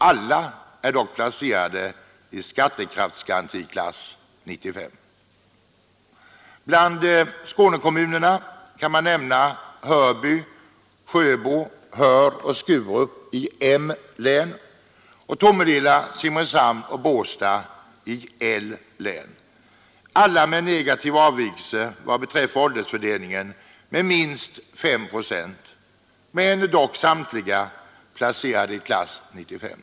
Alla är dock placerade i skattegarantiklass 95. Bland Skånekommunerna kan man nämna Hörby, Sjöbo, Höör och Skurup i M län samt Tomelilla, Simrishamn och Båstad i L län, alla med negativ avvikelse vad beträffar åldersfördelningen med minst 5 procent men dock samtliga placerade i skattekraftsklass 95.